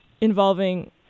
involving